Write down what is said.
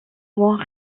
moins